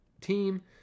team